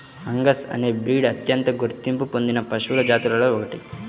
Angus అనే breed అత్యంత గుర్తింపు పొందిన పశువుల జాతులలో ఒకటి